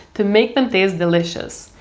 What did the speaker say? to make them taste delicious,